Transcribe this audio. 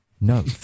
No